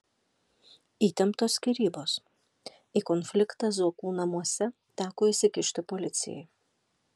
įtemptos skyrybos į konfliktą zuokų namuose teko įsikišti policijai